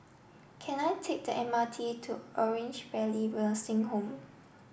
can I take the M R T to Orange Valley Nursing Home